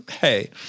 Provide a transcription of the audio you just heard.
hey